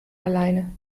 alleine